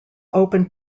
open